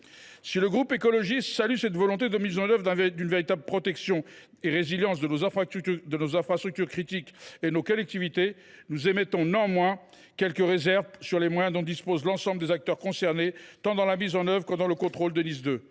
Si le groupe écologiste salue cette volonté de mettre en œuvre une véritable protection et d’assurer la résilience de nos infrastructures critiques et de nos collectivités, il émet néanmoins quelques réserves sur les moyens dont disposent l’ensemble des acteurs concernés tant dans la mise en œuvre des dispositions de NIS 2